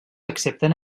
accepten